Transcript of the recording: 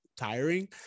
Tiring